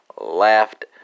laughed